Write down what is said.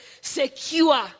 secure